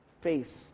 face